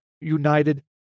United